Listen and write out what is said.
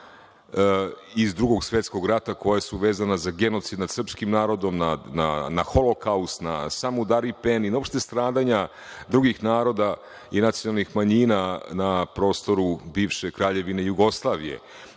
iz Drugog svetskog rata koja su vezana za genocid nad srpskim narodom, na Holokaust, na samu Dari Peni, uopšte na stradanja drugih naroda i nacionalnih manjina na prostoru bivše Kraljevine Jugoslavije. Dakle,